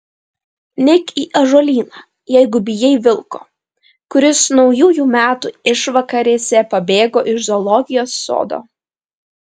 neik į ąžuolyną jeigu bijai vilko kuris naujųjų metų išvakarėse pabėgo iš zoologijos sodo